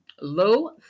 low